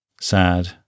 Sad